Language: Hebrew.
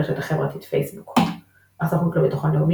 ברשת החברתית פייסבוק הסוכנות לביטחון לאומי,